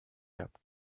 gab